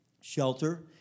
shelter